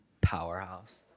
powerhouse